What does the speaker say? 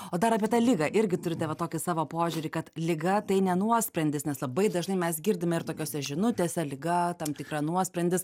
o dar apie tą ligą irgi turite va tokį savo požiūrį kad liga tai ne nuosprendis nes labai dažnai mes girdime ir tokiose žinutėse liga tam tikra nuosprendis